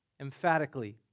Emphatically